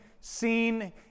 Seen